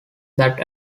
that